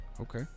Okay